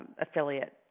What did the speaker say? affiliate